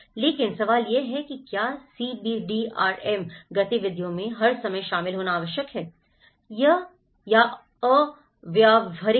लेकिन सवाल यह है कि क्या CBDRM गतिविधियों में हर समय शामिल होना व्यावहारिक है